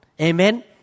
Amen